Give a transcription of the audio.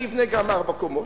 אני אבנה גם ארבע קומות.